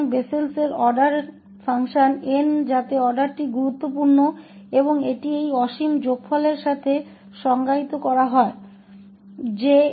तो क्रम का बेसेल का कार्य n ताकि क्रमआदेश महत्वपूर्ण हो और इसे इस अनंत योग के साथ परिभाषित किया गया है jnr0rr